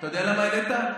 אתה יודע למה העלית?